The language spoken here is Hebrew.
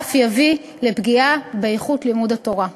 ואף יביא לפגיעה באיכות לימוד התורה.